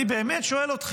אני באמת שואל אתכם: